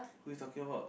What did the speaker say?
who you talking about